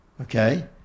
Okay